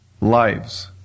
lives